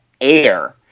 air